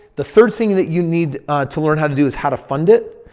the third thing that you need to learn how to do is how to fund it.